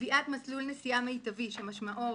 "קביעת מסלול נסיעה מיטבי, שמשמעו,